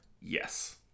yes